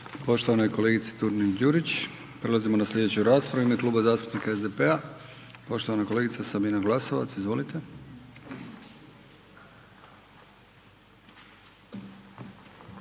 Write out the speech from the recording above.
poštovanoj kolegici Turini Đurić, prelazimo na sljedeću raspravu u ime Kluba zastupnika SDP-a, poštovana kolegica Sabina Glasovac, izvolite.